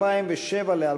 נדרשים לפעול ללא דיחוי